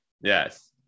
Yes